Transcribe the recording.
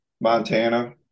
Montana